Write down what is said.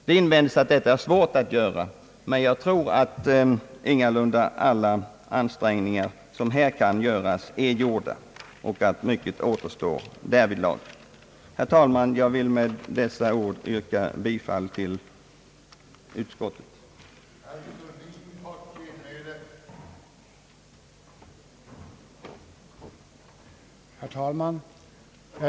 Det invänds att det är svårt att göra detta, men jag tror ingalunda att alla ansträngningar som här kan göras är gjorda utan att mycket återstår därvidlag. Herr talman! Jag ber att med dessa ord få yrka bifall till utskottets hemställan.